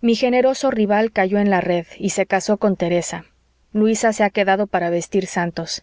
mi generoso rival cayó en la red y se casó con teresa luisa se ha quedado para vestir santos